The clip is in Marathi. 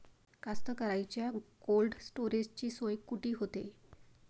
कास्तकाराइच्या कोल्ड स्टोरेजची सोय कुटी होते?